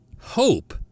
hope